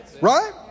right